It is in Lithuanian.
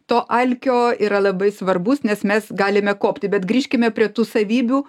to alkio yra labai svarbus nes mes galime kopti bet grįžkime prie tų savybių